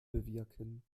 bewirken